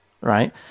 right